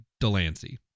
Delancey